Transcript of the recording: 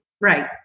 Right